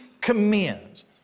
commends